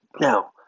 Now